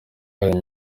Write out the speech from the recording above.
wabaye